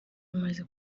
bimaze